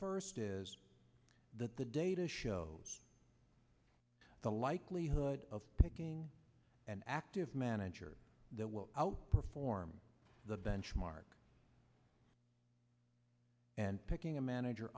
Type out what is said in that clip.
first is that the data shows the likelihood of taking an active manager that will outperform the benchmark and picking a manager